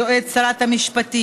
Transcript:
יועץ שרת המשפטים,